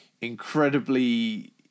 incredibly